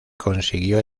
consiguió